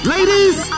Ladies